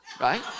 Right